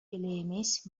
эмес